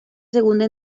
segunda